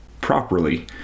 properly